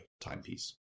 timepiece